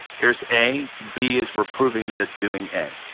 here's a. b is we're proving that it's doing a.